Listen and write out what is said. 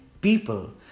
people